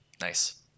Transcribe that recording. Nice